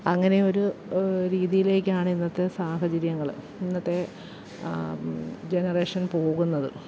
അങ്ങനെയൊരു ഒരു രീതിയിലേക്കാണ് ഇന്നത്തെ സാഹചര്യങ്ങള് ഇന്നത്തെ ജനറേഷൻ പോകുന്നത്